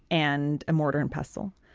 and a mortar and pestle.